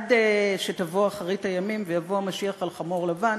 עד שתבוא אחרית הימים ויבוא המשיח על חמור לבן